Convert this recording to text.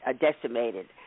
Decimated